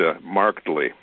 markedly